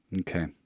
Okay